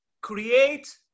create